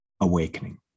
Awakening